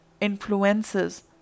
influences